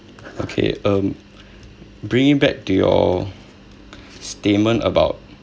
okay um bringing back to your statement about